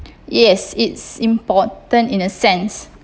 yes it's important in a sense